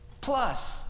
plus